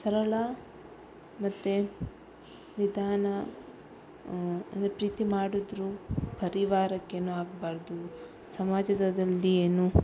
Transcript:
ಸರಳ ಮತ್ತೇ ನಿಧಾನ ಅಂದರೆ ಪ್ರೀತಿ ಮಾಡಿದ್ರು ಪರಿವಾರಕ್ಕೆ ಏನು ಆಗಬಾರ್ದು ಸಮಾಜದಲ್ಲಿ ಏನು